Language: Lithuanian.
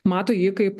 mato jį kaip